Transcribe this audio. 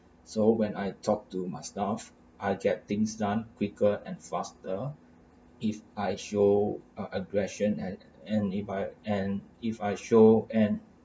so when I talk to my staff I get things done quicker and faster if I show uh aggression and and if I and if I show and